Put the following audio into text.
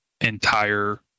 entire